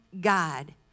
God